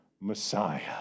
Messiah